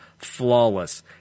flawless